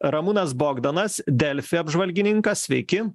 ramūnas bogdanas delfi apžvalgininkas sveiki